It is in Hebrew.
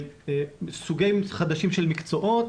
סוגים חדשים של מקצועות